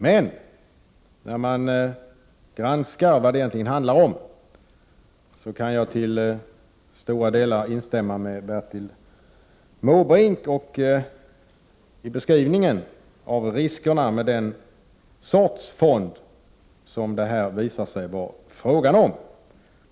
Men efter att ha granskat vad det hela egentligen handlar om kan jag i stora delar instämma i Bertil Måbrinks beskrivning av riskerna med den typ av fond som det här visar sig vara fråga om.